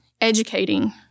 educating